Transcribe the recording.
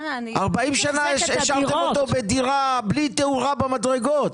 40 שנה השארתם אותו בדירה בלי תאורה במדרגות,